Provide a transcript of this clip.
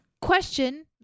Question